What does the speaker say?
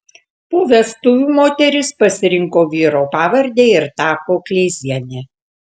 po vestuvių moteris pasirinko vyro pavardę ir tapo kleiziene